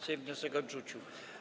Sejm wniosek odrzucił.